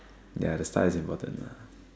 ya the start is important